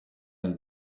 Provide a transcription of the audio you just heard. line